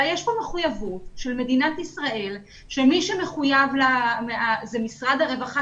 אלא יש פה מחויבות של מדינת ישראל שמי שמחויב לה זה משרד הרווחה